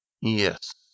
Yes